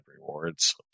rewards